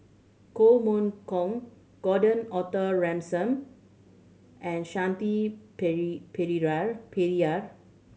Koh Mun Kong Gordon Arthur Ransome and Shanti Pereira